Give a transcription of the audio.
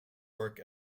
work